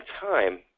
time